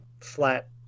flat